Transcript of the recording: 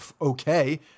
okay